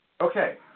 Okay